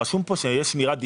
רשום פה שיהיה שמירת דינים.